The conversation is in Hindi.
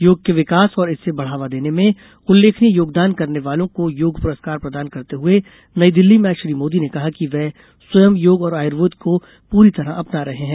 योग के विकास और इसे बढ़ावा देने में उल्लेखनीय योगदान करने वालों को योग पुरस्कार प्रदान करते हुए नई दिल्ली में आज श्री मोदी ने कहा कि वे स्वयं योग और आयुर्वेद को पूरी तरह अपना रहे हैं